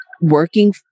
working